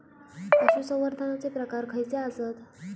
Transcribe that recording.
पशुसंवर्धनाचे प्रकार खयचे आसत?